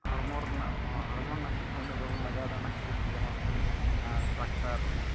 ᱦᱚᱲᱢᱚ ᱨᱮᱱᱟᱜ ᱦᱚᱲᱢᱚ ᱨᱮᱱᱟᱜ ᱠᱟᱴᱷᱟᱢᱳ ᱩᱱᱟᱹᱜ ᱵᱟᱵᱚᱱ ᱞᱟᱜᱟᱣᱮᱫᱟ ᱚᱱᱟ ᱠᱷᱟᱹᱛᱤᱨ ᱛᱮ ᱡᱮᱢᱚᱱ ᱴᱨᱟᱠᱴᱟᱨ